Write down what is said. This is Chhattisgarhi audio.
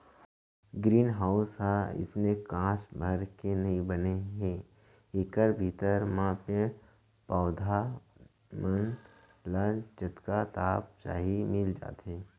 ग्रीन हाउस ह अइसने कांच भर के नइ बने हे एकर भीतरी म पेड़ पउधा मन ल जतका ताप चाही मिल जाथे